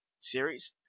series